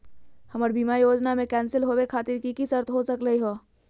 हमर बीमा योजना के कैन्सल होवे खातिर कि कि शर्त हो सकली हो?